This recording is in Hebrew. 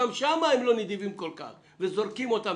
גם שם הן לא נדיבות כל כך וזורקות אותם,